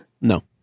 no